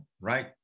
right